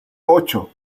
ocho